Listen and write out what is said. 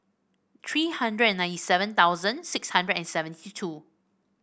three hundred and ninety seven thousand six hundred and seventy two